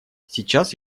сейчас